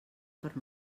per